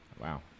Wow